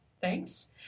thanks